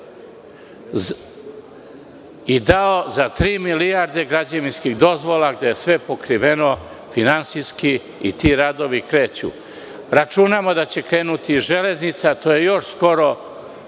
i dao za tri milijarde građevinskih dozvola gde je sve pokriveno finansijski i ti radovi kreću. Računamo da će krenuti i železnica. To je još skoro